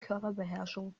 körperbeherrschung